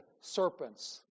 serpents